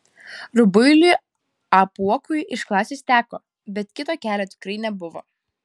rubuiliui apuokui iš klasės teko bet kito kelio tikrai nebuvo